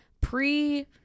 pre